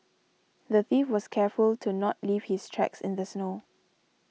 the thief was careful to not leave his tracks in the snow